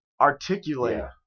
articulate